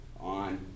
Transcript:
on